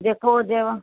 जेको हुजेव